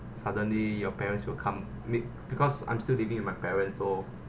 suddenly your parents will come make because I'm still living with my parents so